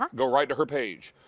go right to her page.